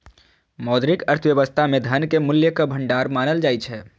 मौद्रिक अर्थव्यवस्था मे धन कें मूल्यक भंडार मानल जाइ छै